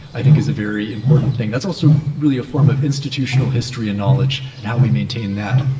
i think is a very important thing. that's also really a form of institutional history and knowledge in how we maintain that.